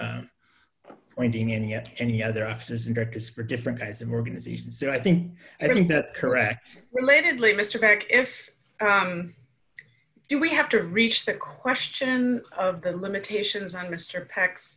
at any other officers and directors for different kinds of organizations so i think i think that's correct relatedly mr kerik if you we have to reach the question of the limitations on mr pa